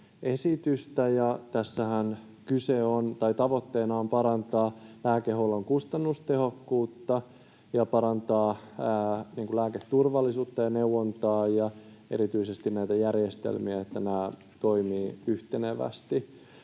esitystä. Tässähän tavoitteena on parantaa lääkehuollon kustannustehokkuutta ja parantaa lääketurvallisuutta ja neuvontaa ja erityisesti näitä järjestelmiä, että nämä toimivat yhtenevästi.